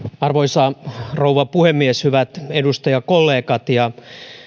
arvoisa rouva puhemies hyvät edustajakollegat ja